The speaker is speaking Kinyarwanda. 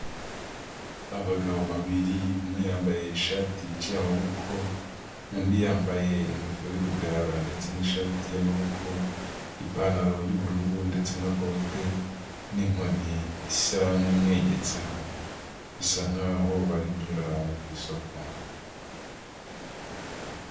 Abagabo babiri ,umwe yambaye ishati icaye amaboko, undi yambaye ingofero y'urugara ndetse n'ishati y'amaboko, ipantaro y'ubururu ndetse na bote n'inkoni isa nk'imwegetseho, bisa nk'aho bari kunyura ahantu ku isoko.